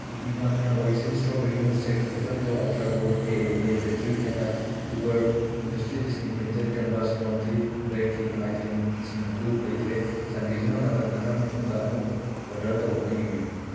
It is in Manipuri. Epigamia origins strawberry milkshake Victor pro ultra gold A A A battery and Kuber industries Disney printed canvas laundry ꯕꯦꯛꯀꯤ ꯑꯥꯏꯇꯦꯝꯁꯤꯡ ꯑꯗꯨ ꯂꯩꯇ꯭ꯔꯦ ꯆꯥꯟꯕꯤꯗꯨꯅ ꯃꯇꯝ ꯈꯔ ꯃꯇꯨꯡꯗ ꯑꯃꯨꯛ ꯑꯣꯔꯗꯔ ꯇꯧꯗꯨꯅ ꯌꯦꯡꯕꯤꯌꯨ